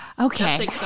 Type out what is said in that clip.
Okay